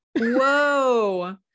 Whoa